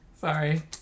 Sorry